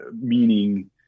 meaning